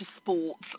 sports